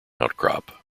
outcrop